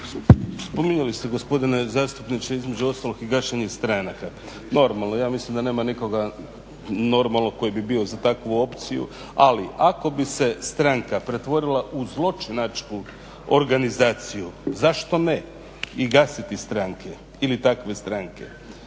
Spominjali ste gospodine zastupniče između ostalog i gašenje stranaka. Normalno, ja mislim da nema nikoga normalnog koji bi bio za takvu opciju, ali ako bi se stranka pretvorila u zločinačku organizaciju, zašto ne i gasiti stranke ili takve stranke.